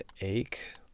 ache